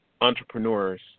entrepreneurs